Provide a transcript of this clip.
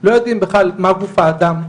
לא יודעים בכלל מה גוף האדם,